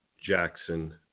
Jackson